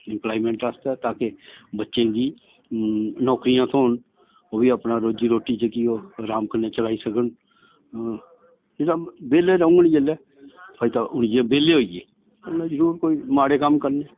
employment आस्तै ता के बच्चें गी नौकरियां थ्होन ओह् बी अपनी रोजी रोटी जेह्ड़ी ओह् अराम कन्नै चलाई सकन बेह्ले रौह्ङ जिसलै ते हून जियां बेह्ले होई गे उ'नें जरूर कोई माड़े कम्म करने